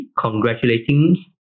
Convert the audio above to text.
congratulating